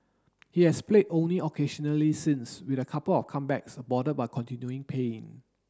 he has played only occasionally since with a couple of comebacks aborted by continuing pain